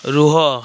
ରୁହ